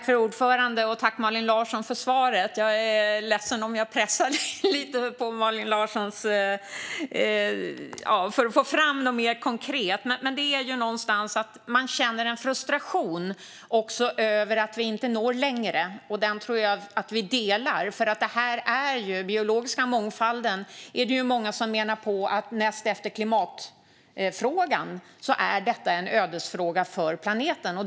Fru talman! Tack, Malin Larsson, för svaret! Jag är ledsen om jag pressar Malin Larsson lite för att få fram något mer konkret. Men det är för att jag känner en frustration över att vi inte når längre. Och den tror jag att vi delar, för det är många som menar att näst efter klimatfrågan är den biologiska mångfalden en ödesfråga för planeten.